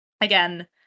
Again